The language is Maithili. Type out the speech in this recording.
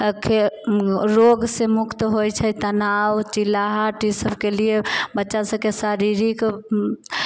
रोग से मुक्त होइत छै तनाव चिल्लाहट ई सबके लिए बच्चा सबकेँ शारीरिक